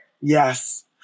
Yes